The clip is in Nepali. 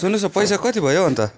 सुन्नुहोस् न पैसा कति भयो हौ अन्त